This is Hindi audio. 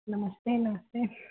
नमस्ते नमस्ते